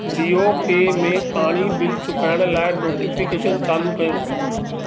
Jio pay में पाणी bill चुकाइणु लाइ नोटिफिकेशन चालू कयो